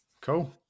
Cool